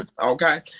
Okay